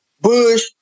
Bush